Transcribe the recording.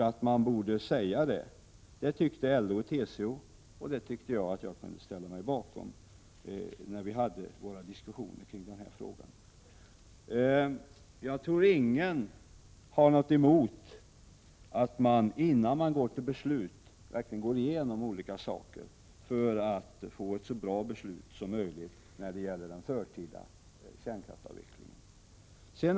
Det krävde LO och TCO, och det kravet tyckte jag att jag kunde ställa mig bakom. Ingen torde ha någonting emot att vi innan vi går till beslut verkligen går igenom alla saker för att få ett så bra beslut som möjligt när det gäller den förtida kärnkraftsavvecklingen.